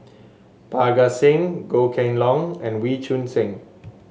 Parga Singh Goh Kheng Long and Wee Choon Seng